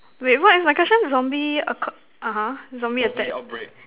wait what is my question zombie aco~ (uh huh) zombie attack